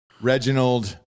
Reginald